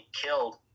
killed